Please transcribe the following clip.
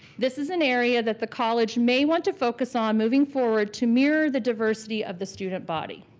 this is an area that the college may want to focus on moving forward to mirror the diversity of the student body.